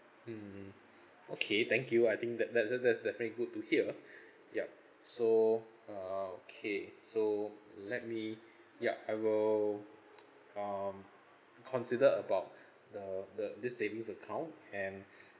mmhmm okay thank you I think that that's that's that's definitely good to hear yup so uh okay so let me ya I will um consider about the the this savings account and